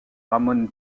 ramon